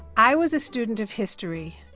i was a student of history.